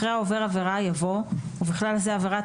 אחרי "העובר עבירה" יבוא "ובכלל זה עבירת